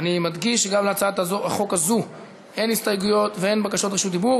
אני מדגיש שגם להצעת החוק הזו אין הסתייגויות ואין בקשות רשות דיבור,